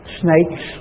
snakes